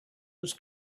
was